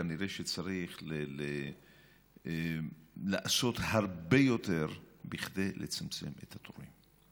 כנראה שצריך לעשות הרבה יותר כדי לצמצם את התורים.